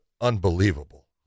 unbelievable